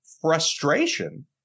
frustration